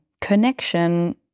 connection